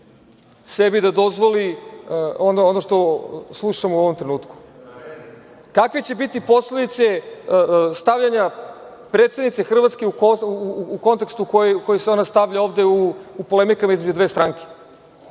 sme da dozvoli ono što slušamo u ovom trenutku. Kakve će biti posledice stavljanja predsednice Hrvatske u kontekst u koji se ona stavlja ovde u polemikama između dve stranke?